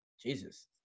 Jesus